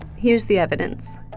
here's the evidence.